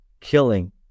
killing